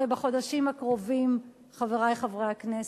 הרי בחודשים הקרובים, חברי חברי הכנסת,